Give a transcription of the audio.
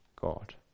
God